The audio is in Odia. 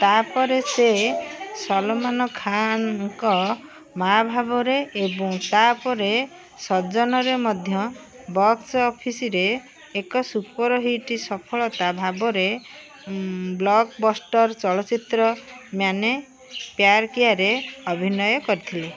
ତାପରେ ସେ ସଲମାନ ଖାନଙ୍କ ମାଆ ଭାବରେ ଏବଂ ତାପରେ ସଜନରେ ମଧ୍ୟ ବକ୍ସ ଅଫିସ୍ରେ ଏକ ସୁପରହିଟ୍ ସଫଳତା ଭାବରେ ବ୍ଲକ୍ବଷ୍ଟର୍ ଚଳଚ୍ଚିତ୍ର ମେନେ ପ୍ୟାର୍ କିୟାରେ ଅଭିନୟ କରିଥିଲେ